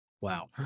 wow